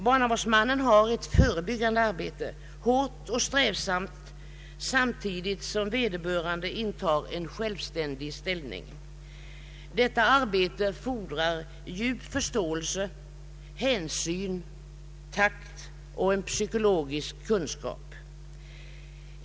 Barnavårdsmannen har ett förebyggande arbete, hårt och strävsamt, samtidigt som vederbörande intar en självständig ställning. Detta arbete fordrar djup förståelse, hänsyn, takt och en psykologisk kunskap.